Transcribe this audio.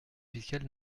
fiscale